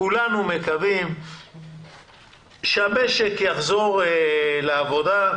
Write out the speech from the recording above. כולנו מקווים שהמשק יחזור לעבודה,